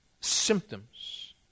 symptoms